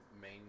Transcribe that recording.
main